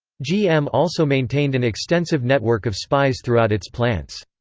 gm also maintained an extensive network of spies throughout its plants.